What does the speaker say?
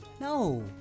No